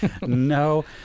No